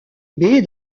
baies